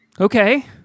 Okay